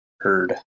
heard